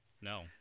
No